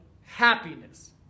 happiness